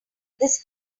this